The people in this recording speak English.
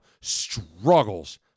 struggles